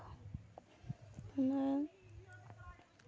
ᱚᱱᱟ